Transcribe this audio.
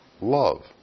love